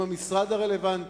עם המשרד הרלוונטי.